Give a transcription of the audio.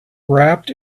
wrapped